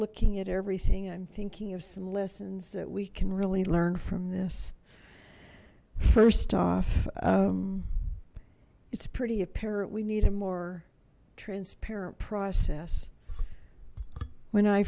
looking at everything i'm thinking of some lessons that we can really learn from this first off it's pretty apparent we need a more transparent process when i